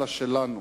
אלא שלנו.